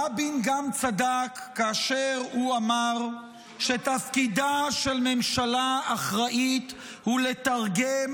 רבין גם צדק כאשר הוא אמר שתפקידה של ממשלה אחראית הוא לתרגם